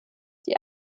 die